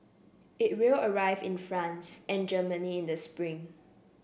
it will arrive in France and Germany in the spring